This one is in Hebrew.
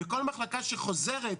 וכל מחלקה שחוזרת,